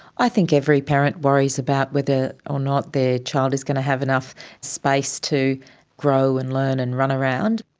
i think every parent worries about whether ah or not their child is going to have enough space to grow and learn and run around.